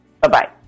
Bye-bye